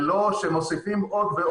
ולא שמוסיפים עוד ועוד ועוד שכבות,